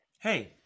Hey